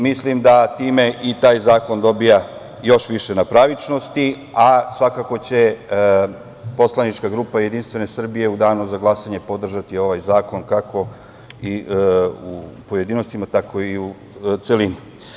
Mislim, da time i taj zakon dobija još više na pravičnosti, a svakako će poslanička grupa JS u danu za glasanje podržati ovaj zakon, kako i u pojedinostima, tako i u celini.